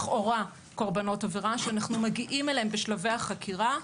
לכאורה קורבנות עבירה שאנחנו מגיעים אליהם בשלבי החקירה,